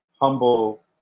humble